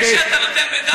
זה, שאתה נותן ב"דאעש"